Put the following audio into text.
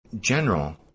General